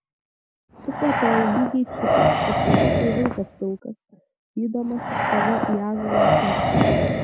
tu kvatojai lygiai šitaip ir tada kai vilkas pilkas vydamasis tave į ąžuolą atsimušė